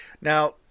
Now